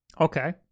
Okay